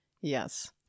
yes